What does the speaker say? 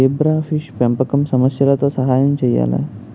Zebrafish పెంపకం సమస్యలతో సహాయం చేయాలా?